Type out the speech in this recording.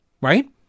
Right